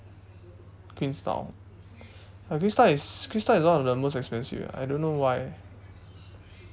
queenstown ya queenstown is queenstown is one of the most expensive I don't know why